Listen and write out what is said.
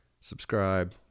Subscribe